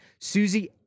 Susie